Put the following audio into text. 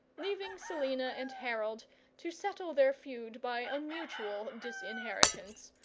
leaving selina and harold to settle their feud by a mutual disinheritance,